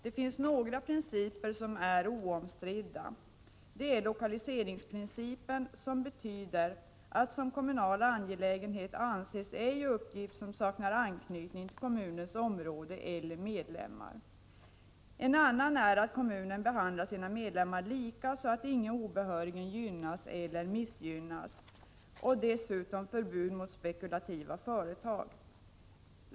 Det finns några principer som är oomstridda. Det är lokaliseringsprincipen, som betyder att som kommunal angelägenhet anses ej uppgift som saknar anknytning till kommunens område eller medlemmar. En annan princip är att kommunen behandlar sina medlemmar lika, så att ingen obehörigen gynnas eller missgynnas. Ytterligare en princip är förbud mot spekulativa företag.